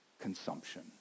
consumption